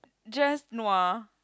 just nua